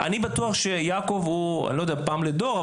אני בטוח שיעקב הוא פעם לדור,